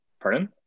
Pardon